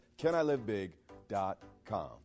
canilivebig.com